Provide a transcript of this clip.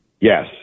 Yes